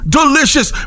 delicious